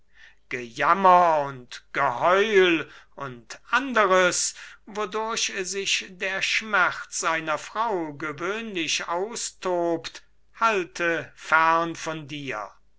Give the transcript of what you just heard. gejammer und geheul und anderes wodurch sich der schmerz einer frau gewöhnlich austobt halte fern von dir